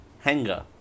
Hanger